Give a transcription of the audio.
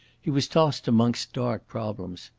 he was tossed amongst dark problems.